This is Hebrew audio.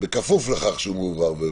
בכפוף לכך שהוא מאוורר והוא פתוח.